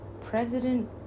President